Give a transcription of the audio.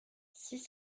six